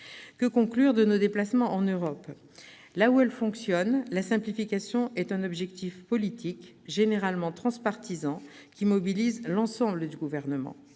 Que conclure de nos déplacements en Europe ? Là où elle fonctionne, la simplification est un objectif politique, généralement transpartisan, qui mobilise l'ensemble du Gouvernement.